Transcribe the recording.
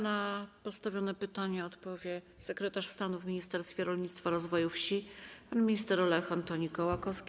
Na postawione pytania odpowie sekretarz stanu w Ministerstwie Rolnictwa i Rozwoju Wsi pan minister Lech Antoni Kołakowski.